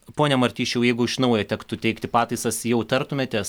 pone martišiau jeigu iš naujo tektų teikti pataisas jau tartumėtės